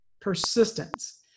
Persistence